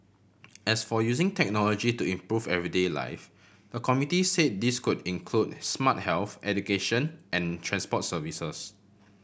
as for using technology to improve everyday life the committee say this could include smart health education and transport services